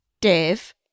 dave